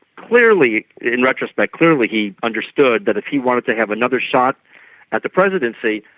clearly, in retrospect, clearly he understood that if he wanted to have another shot at the presidency,